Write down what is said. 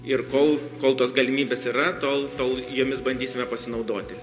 ir kol kol tos galimybės yra tol tol jomis bandysime pasinaudoti